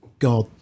god